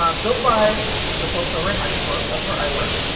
um built by the folks over at hashicorp. that's where i work.